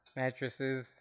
mattresses